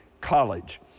College